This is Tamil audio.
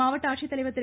மாவட்ட ஆட்சித்தலைவர் திரு